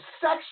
sex